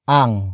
ang